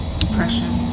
depression